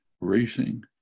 racing